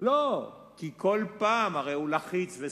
כי הרי הוא לחיץ וסחיט.